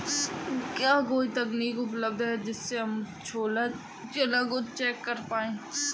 क्या कोई तकनीक उपलब्ध है जिससे हम छोला चना को चेक कर पाए?